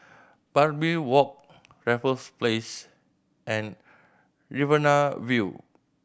Barbary Walk Raffles Place and Riverina View